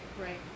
Right